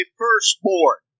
firstborn